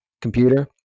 computer